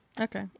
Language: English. Okay